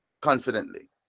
confidently